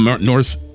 North